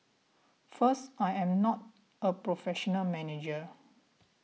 first I am not a professional manager